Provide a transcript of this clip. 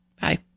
bye